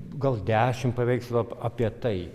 gal dešimt paveikslų ap apie tai